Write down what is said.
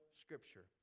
scripture